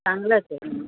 चांगलां असेल